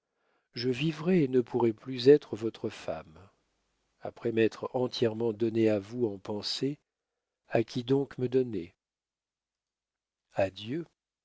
je vivrais et ne pourrais plus être votre femme après m'être entièrement donnée à vous en pensée à qui donc me donner à dieu